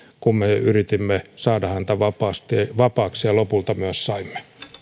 kun me yritimme saada häntä vapaaksi ja lopulta myös saimme